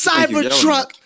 Cybertruck